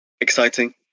exciting